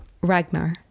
Ragnar